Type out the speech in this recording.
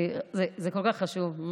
זה כל כך חשוב,